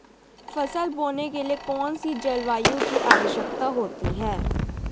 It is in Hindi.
फसल बोने के लिए कौन सी जलवायु की आवश्यकता होती है?